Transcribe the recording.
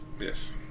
Yes